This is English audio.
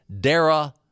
Dara